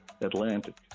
Atlantic